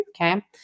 Okay